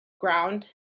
ground